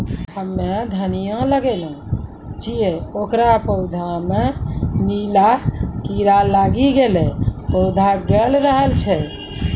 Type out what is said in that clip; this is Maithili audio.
हम्मे धनिया लगैलो छियै ओकर पौधा मे नीला कीड़ा लागी गैलै पौधा गैलरहल छै?